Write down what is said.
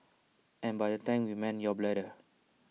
and by tank we mean your bladder